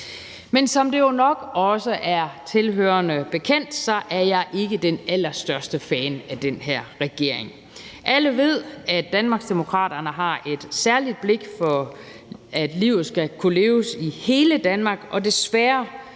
Men som det jo nok også er tilhørerne bekendt, er jeg ikke den allerstørste fan af den her regering. Alle ved, at Danmarksdemokraterne har et særligt blik for, at livet skal kunne leves i hele Danmark, og desværre